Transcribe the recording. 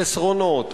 החסרונות,